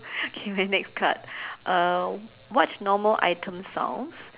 okay next card uh what normal item sounds